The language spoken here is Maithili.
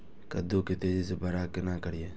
कद्दू के तेजी से बड़ा केना करिए?